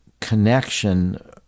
connection